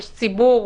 יש ציבור